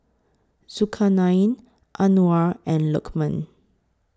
Zulkarnain Anuar and Lukman